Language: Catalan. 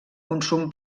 consum